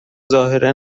ظاهرا